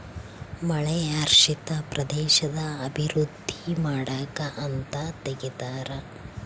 ಮಳೆಯಾಶ್ರಿತ ಪ್ರದೇಶದ ಅಭಿವೃದ್ಧಿ ಮಾಡಕ ಅಂತ ತೆಗ್ದಾರ